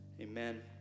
Amen